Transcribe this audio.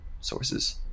sources